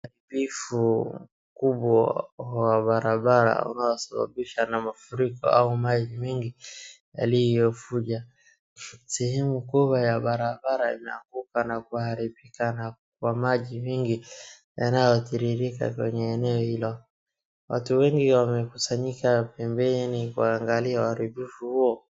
Uharibifu mkubwa wa barabara unaosababishwa na mafuriko au maji mengi yaliyofuja. Sehemu kubwa ya barabara imeanguka na kuharibika na kwa maji mengi yanayotiririka kwenye eneo hilo. Watu wengi wamekusanyika pembeni kuangalia uharibifu huo.